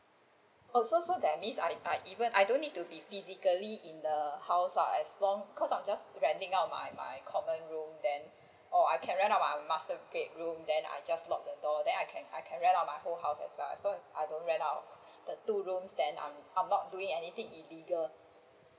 so so that means I I even I don't need to be physically in the house lah as long cos' I am just renting out my my common room then or I can rent out my master bedroom then I just lock the door then I can I can rent out my whole house as well as long as I don't rent out the two rooms then I'm I'm not doing anything illegal